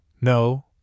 No